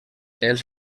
els